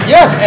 Yes